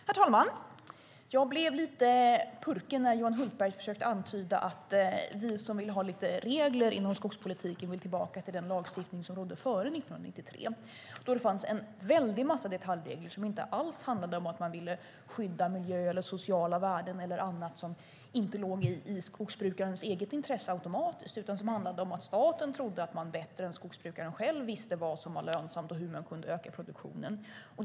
Herr talman! Jag blev lite purken när Johan Hultberg försökte antyda att vi som vill ha lite regler inom skogspolitiken vill tillbaka till den lagstiftning som rådde före 1993 då det fanns en väldig massa detaljregler som inte alls handlade om att man ville skydda miljö, sociala värden eller annat som inte låg i skogsbrukarens eget intresse automatiskt utan som handlade om att staten trodde att man bättre än skogsbrukaren själv visste vad som var lönsamt och hur man kunde öka produktionen.